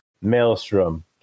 Maelstrom